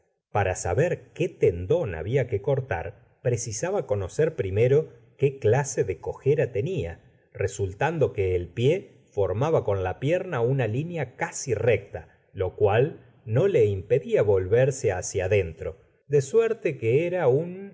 para saber qué tendón habla que cortar precisaba conocer primero qué clase de cojera tenía resultando que el pie formaba con la pierna una línea casi recta lo cual no le impedía volverse hacia dentro de suerte que era un